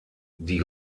die